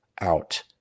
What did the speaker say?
out